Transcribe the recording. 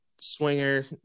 Swinger